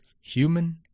human